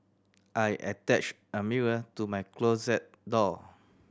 I attached a mirror to my closet door